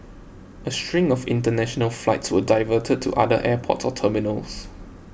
a string of international flights were diverted to other airports or terminals